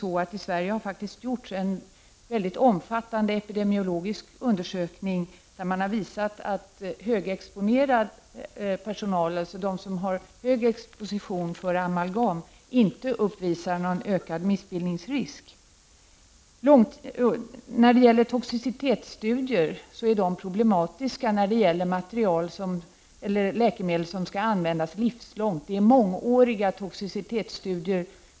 Och i Sverige har det gjorts en mycket omfattande epidemiologisk undersökning som visar att gravida personer som är högexponerade, dvs. som har hög exposition för amalgam, inte uppvisar någon ökad missbildningsrisk när det gäller foster. Toxicitetstudier är problematiska när det gäller läkemedel som skall användas under hela livet. Det behövs mångåriga toxicitetsstudier.